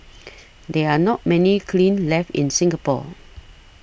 there are not many kilns left in Singapore